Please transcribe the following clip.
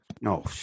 No